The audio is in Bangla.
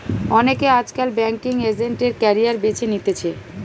অনেকে আজকাল বেংকিঙ এজেন্ট এর ক্যারিয়ার বেছে নিতেছে